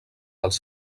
dels